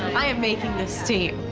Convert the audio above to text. i am making this team.